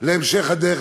להמשך הדרך,